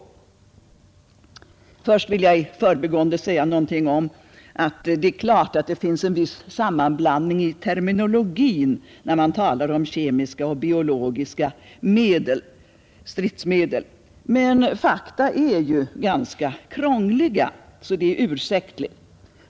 Först vill jag i förbigående ge herr Bengtson rätt i att det ofta finns en viss sammanblandning i terminologin när man talar om kemiska och biologiska stridsmedel. Men fakta är ju ganska krångliga, så det är ursäktligt.